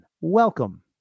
welcome